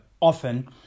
often